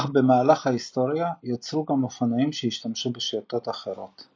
אך במהלך ההיסטוריה יוצרו גם אופנועים שהשתמשו בשיטות אחרות.